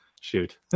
shoot